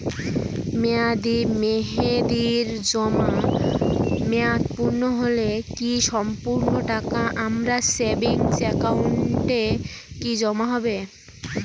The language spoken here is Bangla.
মেয়াদী মেহেদির জমা মেয়াদ পূর্ণ হলে কি সম্পূর্ণ টাকা আমার সেভিংস একাউন্টে কি জমা হবে?